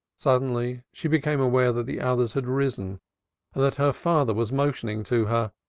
suddenly she became aware that the others had risen and that her father was motioning to her.